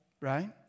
right